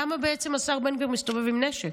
למה בעצם השר בן גביר מסתובב עם נשק?